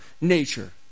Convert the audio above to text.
nature